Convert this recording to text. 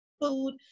food